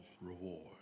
reward